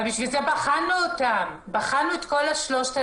אבל בשביל זה בחנו אותן, בחנו את כל ה-3,000.